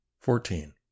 fourteen